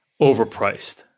overpriced